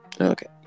Okay